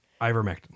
Ivermectin